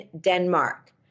Denmark